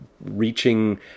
reaching